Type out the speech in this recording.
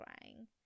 crying